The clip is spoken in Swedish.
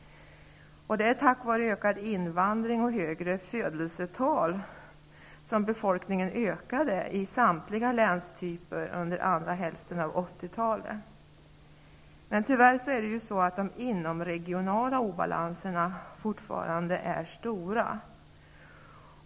Tack vare ökad invandring och högre födelsetal ökade befolkningen i samtliga länstyper under andra hälften av 80-talet. Tyvärr är de inomregionala obalanserna fortfarande stora.